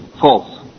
false